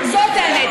זאת האמת.